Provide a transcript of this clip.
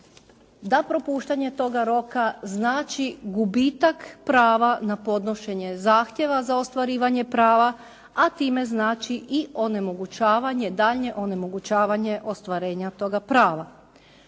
da propuštanje toga roka znači gubitak prava na podnošenje zahtjeva za ostvarivanje prava a time znači i onemogućavanje, daljnje onemogućavanje ostvarenja toga prava.